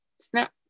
snap